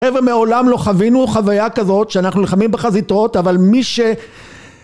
ומעולם לא חווינו חוויה כזאת שאנחנו נלחמים בחזיתות אבל מי ש